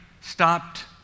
stopped